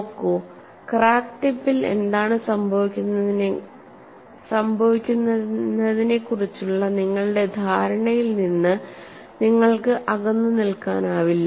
നോക്കൂ ക്രാക്ക് ടിപ്പിൽ എന്താണ് സംഭവിക്കുന്നതെന്നതിനെക്കുറിച്ചുള്ള നിങ്ങളുടെ ധാരണയിൽ നിന്ന് നിങ്ങൾക്ക് അകന്നുനിൽക്കാനാവില്ല